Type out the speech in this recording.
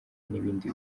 n’ibindi